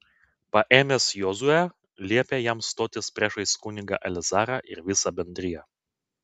paėmęs jozuę liepė jam stotis priešais kunigą eleazarą ir visą bendriją